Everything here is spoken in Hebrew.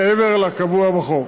מעבר לקבוע בחוק.